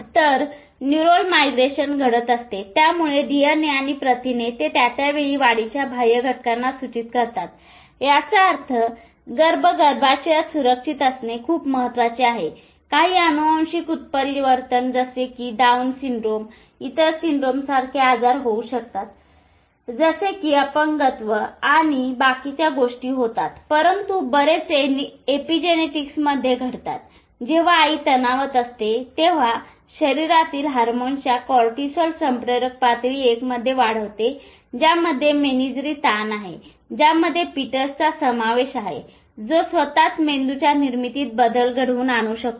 तर neural migration घडत असते ज्यामुळे डीएनए आणि प्रथिने ते त्या त्या वेळी वाढीच्या बाह्य घटकांना सूचित करतात याचा अर्थगर्भ गर्भाशयात सुरक्षित असणे खूप महत्वाचे आहे काही अनुवांशिक उत्परिवर्तन जसे की डाऊन सिंड्रोम इतर सिंड्रोम सारखे आजार होऊ शकतात जसे कि अपंगत्व आणि बाकीच्या गोष्टी होतातपरंतु बरेच एपिजेनेटिक्समुळे घडतात जेंव्हा आई तणावात असते तेंव्हा शरीरातील हार्मोन्सच्या कॉर्टिसॉल संप्रेरक पातळी 1 मध्ये वाढवते ज्यामध्ये मेनेजरी ताण आहे ज्यामध्ये पीटर्स चा समावेश आहे जो स्वतःच मेंदूच्या निर्मितीत बदल घडवून आणू शकतो